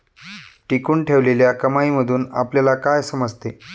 टिकवून ठेवलेल्या कमाईमधून आपल्याला काय समजते?